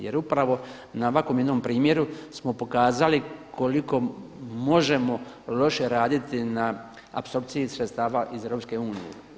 Jer upravo na ovakvom jednom primjeru smo pokazali koliko možemo loše raditi na apsorpciji sredstava iz EU.